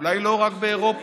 אולי לא רק באירופה,